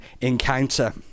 encounter